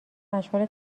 مشغول